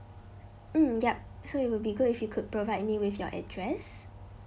mm yup so it will be good if you could provide me with your address